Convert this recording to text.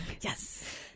Yes